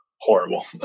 Horrible